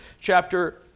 chapter